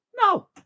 No